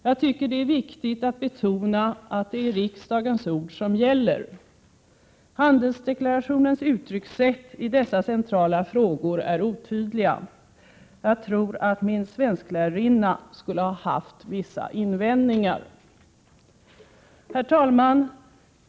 Jag tycker att det är viktigt att betona att det är riksdagens ord som gäller. Handelsdeklarationens uttryckssätt i dessa centrala frågor är otydliga. Jag tror att min svensklärarinna skulle ha haft vissa invändningar. Herr talman!